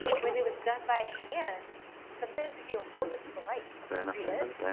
when it was done by hand sometimes if you hold it to the light you can still read it.